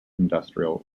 industrial